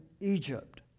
Egypt